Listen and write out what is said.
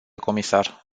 comisar